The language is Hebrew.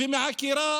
ומעקירה